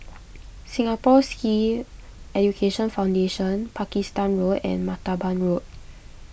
Singapore Sikh Education Foundation Pakistan Road and Martaban Road